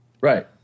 right